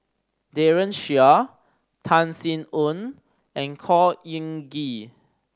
Daren Shiau Tan Sin Aun and Khor Ean Ghee